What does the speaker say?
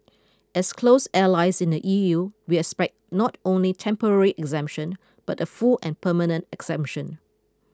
as close allies in the E U we expect not only temporary exemption but a full and permanent exemption